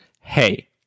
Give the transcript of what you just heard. Hey